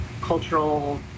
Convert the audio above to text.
cultural